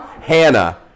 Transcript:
Hannah